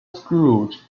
scrooge